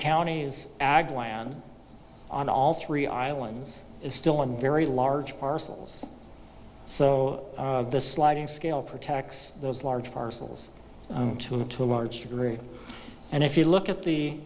county's ag land on all three islands is still in very large parcels so the sliding scale protects those large parcels two to a large degree and if you look at the